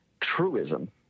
truism